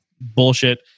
bullshit